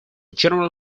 general